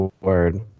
Word